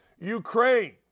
Ukraine